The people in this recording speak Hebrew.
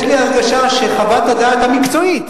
יש לי הרגשה שחוות הדעת המקצועית